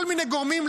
כל מיני גורמים,